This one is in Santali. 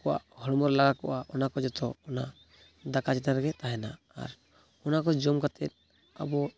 ᱟᱠᱚᱣᱟᱜ ᱦᱚᱲᱢᱚ ᱨᱮ ᱞᱟᱜᱟ ᱠᱚᱜᱼᱟ ᱚᱱᱟ ᱠᱚ ᱡᱚᱛᱚ ᱚᱱᱟ ᱫᱟᱠᱟ ᱪᱮᱛᱟᱱ ᱨᱮᱜᱮ ᱛᱟᱦᱮᱱᱟ ᱟᱨ ᱚᱱᱟ ᱠᱚ ᱡᱚᱢ ᱠᱟᱛᱮ ᱟᱵᱚ